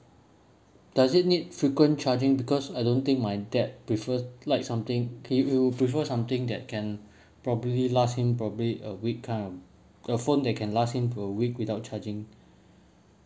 does it need frequent charging because I don't think my dad prefers like something he will prefer something that can probably last him probably a week kind of a phone that can last him a week without charging